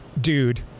dude